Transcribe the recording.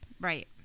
Right